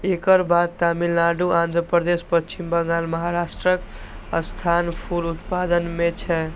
एकर बाद तमिलनाडु, आंध्रप्रदेश, पश्चिम बंगाल, महाराष्ट्रक स्थान फूल उत्पादन मे छै